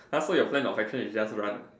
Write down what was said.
!huh! so your plan was actually is just run